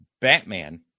Batman